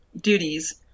duties